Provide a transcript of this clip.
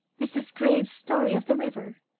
mrs. graves's story of the river,